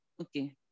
okay